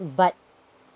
butt